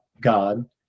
God